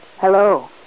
Hello